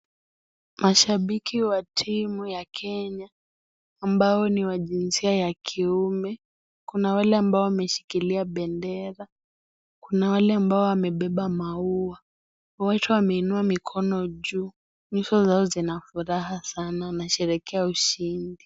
Mashabiki wa timu ya Kenya, ambao ni wa jinsia ya kiume. Kuna wale ambao wameshikilia bendera. Kuna wale ambao wamebeba maua. Watu wameinua mikono juu. Nyuso zao zina furaha sana, wanasherehekea ushindi.